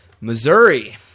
Missouri